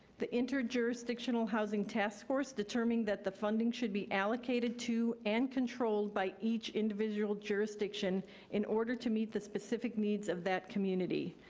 the interjurisdictional housing task force determined that the funding should be allocated to and controlled by each individual jurisdiction in order to meet the specific needs of that community.